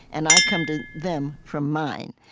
and i come to them from mine.